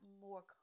more